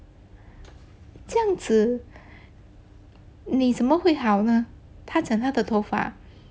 这样子你怎么会好呢他讲他的头发